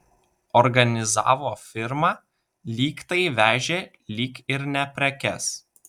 organizavo firmą lyg tai vežė lyg ir ne prekes